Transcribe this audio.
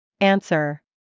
Answer